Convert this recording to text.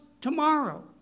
tomorrow